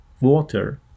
water